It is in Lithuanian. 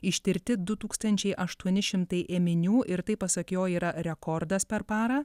ištirti du tūkstančiai aštuoni šimtai ėminių ir tai pasak jo yra rekordas per parą